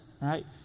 right